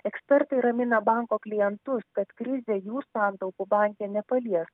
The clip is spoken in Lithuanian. ekspertai ramina banko klientus kad krizė jų santaupų banke nepalies